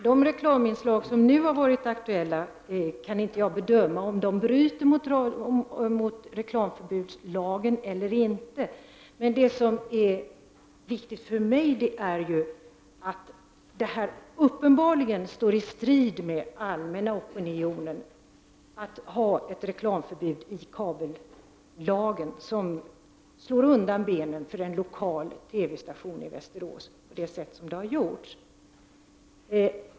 Herr talman! Jag kan inte bedöma om de reklaminslag som just nu varit aktuella bryter mot reklamförbudslagen eller inte. Det som är viktigt för mig är att det uppenbarligen står i strid med den allmänna opinionen att ha ett reklamförbud i kabellagen vilket slår undan benen för en lokal TV-station i Västerås på det sätt som skett.